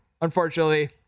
unfortunately